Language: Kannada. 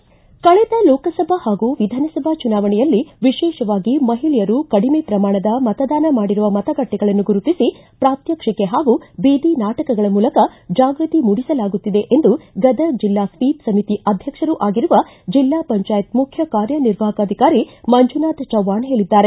ಕಳೆದ ಲೋಕಸಭಾ ಹಾಗೂ ವಿಧಾನಸಭಾ ಚುನಾವಣೆಯಲ್ಲಿ ವಿಶೇಷವಾಗಿ ಮಹಿಳೆಯರು ಕಡಿಮೆ ಪ್ರಮಾಣದ ಮತದಾನ ಮಾಡಿರುವ ಮತಗಟ್ಟೆಗಳನ್ನು ಗುರುತಿಸಿ ಪ್ರಾತ್ವಕ್ಷಿಕೆ ಹಾಗೂ ಬೀದಿ ನಾಟಕಗಳ ಮೂಲಕ ಜಾಗೃತ ಮೂಡಿಸಲಾಗುತ್ತಿದೆ ಎಂದು ಗದಗ ಜಿಲ್ಲಾ ಸ್ವೀಪ್ ಸಮಿತಿ ಅಧ್ಯಕ್ಷರೂ ಆಗಿರುವ ಜಿಲ್ಲಾ ಪಂಚಾಯತ್ ಮುಖ್ಯ ಕಾರ್ಯ ನಿರ್ವಾಹಕ ಅಧಿಕಾರಿ ಮಂಜುನಾಥ ಚವ್ನಾಣ ಹೇಳಿದ್ದಾರೆ